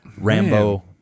Rambo